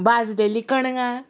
भाजलेली कणगां